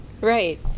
right